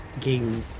game